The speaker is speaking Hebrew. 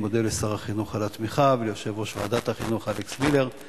בשרשרת חוקים שהגענו אליהם שמטרתם הגנת